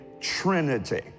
trinity